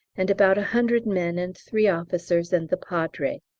and about a hundred men and three officers and the padre.